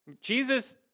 Jesus